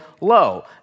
low